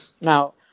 Now